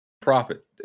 Profit